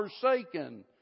forsaken